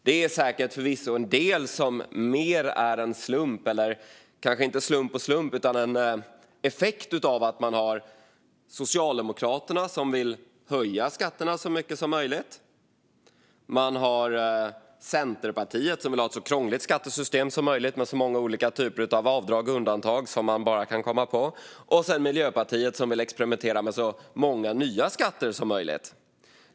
Det är säkert förvisso en del som kanske är mer av en slump, eller snarare en effekt av att man har Socialdemokraterna, som vill höja skatterna så mycket som möjligt, Centerpartiet, som vill ha ett så krångligt skattesystem som möjligt med så många olika typer av avdrag och undantag som man bara kan komma på, och Miljöpartiet, som vill experimentera med så många nya skatter som möjligt.